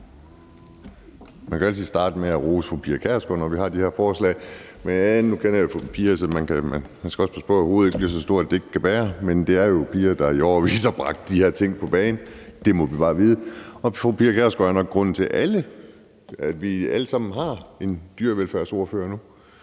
Man kan altid starte med at rose fru Pia Kjærsgaard, når vi har de her forslag, men nu kender jeg jo fru Pia Kjærsgaard, så man skal også passe på, at hovedet bliver så stort, at hun ikke kan bære det. Men det er jo fru Pia Kjærsgaard, der i årevis har bragt de her ting på banen. Det må vi bare erkende, og fru Pia Kjærsgaard er nok grunden til, at vi alle sammen har en dyrevelfærdsordfører nu.